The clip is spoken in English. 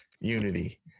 unity